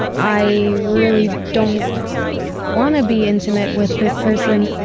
i really don't want to be intimate with this person,